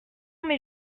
mais